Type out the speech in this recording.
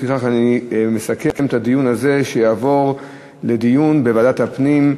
לפיכך אני מסכם את הדיון הזה: הנושא יעבור לדיון בוועדת הפנים.